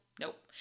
Nope